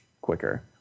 quicker